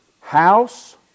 house